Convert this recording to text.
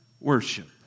worship